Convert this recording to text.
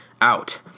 out